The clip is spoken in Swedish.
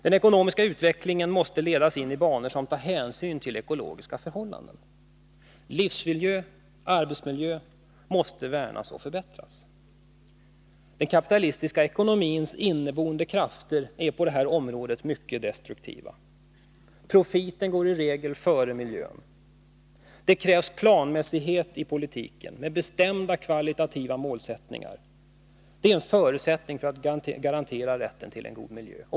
Den ekonomiska utvecklingen måste ledas in i banor som tar hänsyn till ekologiska förhållanden. Livsmiljö och arbetsmiljö måste värnas och förbättras. Den kapitalistiska ekonomins inneboende krafter. är på det här området mycket destruktiva. Profiten går i regel före miljön. Det krävs planmässighet i politiken, med bestämda kvalitativa målsättningar. Det är en förutsättning för att man skall kunna garantera rätten till en god miljö.